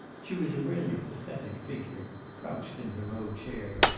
she was a really pathetic figure, crouched in her low chair,